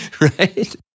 right